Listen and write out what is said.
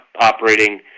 operating